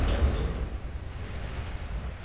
केह् आक्खा दे